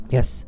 Yes